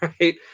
right